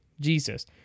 Jesus